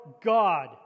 God